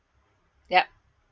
yup